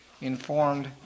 informed